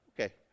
Okay